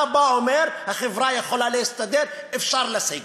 אתה אומר: החברה יכולה להסתדר, אפשר לסגת.